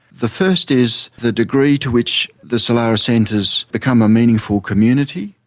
the first is the degree to which the solaris centre has become a meaningful community.